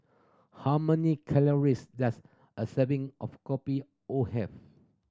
how many calories does a serving of Kopi O have